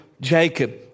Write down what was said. Jacob